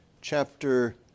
chapter